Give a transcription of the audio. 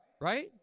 right